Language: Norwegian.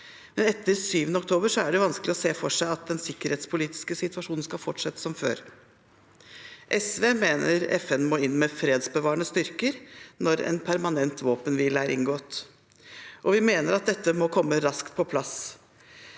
men etter 7. oktober er det vanskelig å se for seg at den sikkerhetspolitiske situasjonen skal fortsette som før. SV mener FN må inn med fredsbevarende styrker når en permanent våpenhvile er inngått, og vi mener at dette må komme raskt på plass.